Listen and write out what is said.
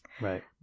Right